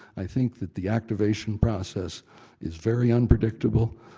i think that the activation process is very unpredictable,